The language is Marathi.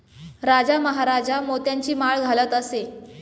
राजा महाराजा मोत्यांची माळ घालत असे